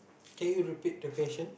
can you repeat your question